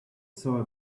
saw